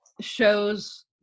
shows